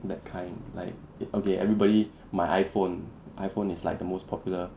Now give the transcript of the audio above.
that kind like if okay everybody 买 iphone iphone is like the most popular